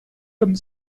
comme